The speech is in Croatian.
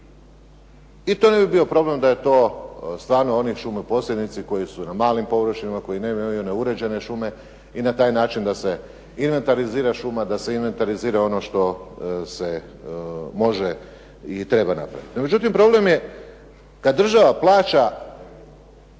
i to ne bi bio problem da je to stvarno oni šumoposjednici koji su na malim površinama, koji nemaju …/Govornik se ne razumije./… uređene šume i na taj način da se inventarizira šuma, da se invetarizira ono što se može i treba napraviti. No međutim problem je kad država plaća